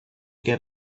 get